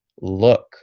look